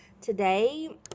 Today